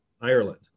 Ireland